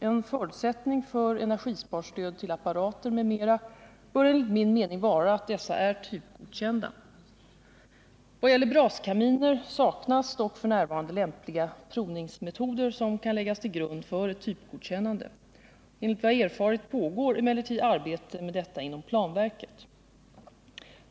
En förutsättning för energisparstöd till apparater m.m. bör enligt min mening vara att dessa är typgodkända. Vad gäller braskaminer saknas dock f. n. lämpliga provningsmetoder som kan läggas till grund för ett typgodkännande. Enligt vad jag erfarit pågår emellertid arbete med detta inom planverket.